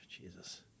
Jesus